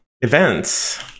events